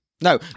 No